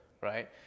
right